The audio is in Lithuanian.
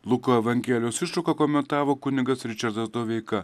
luko evangelijos ištrauką komentavo kunigas ričardas doveika